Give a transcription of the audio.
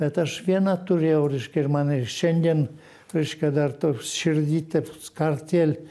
bet aš vieną turėjau reiškia ir man ir šiandien reiškia dar toks širdy teip toks kartėl